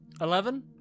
Eleven